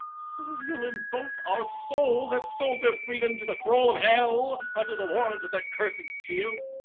oh villain, both our souls have sold their freedom to the thrall of hell, under the warrant of that cursed seal.